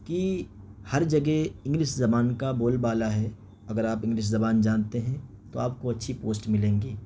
کہ ہر جگہ انگلش زبان کا بول بالا ہے اگر آپ انگلش زبان جاتے ہیں تو آپ کو اچھی پوسٹ ملیں گی